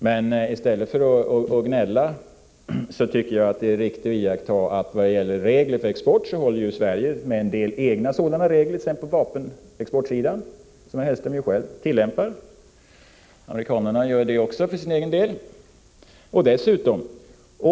Men i stället för att gnälla tycker jag att det är riktigt att iaktta att Sverige i vad gäller regler för export håller sig med en del egna sådana, t.ex. på vapenexportsidan. Dessa regler tillämpar ju herr Hellström själv. Amerikanarna för sin del tillämpar också sådana regler.